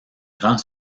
grand